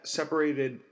separated